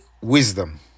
wisdom